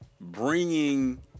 bringing